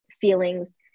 feelings